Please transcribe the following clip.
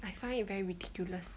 I find it very ridiculous